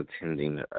attending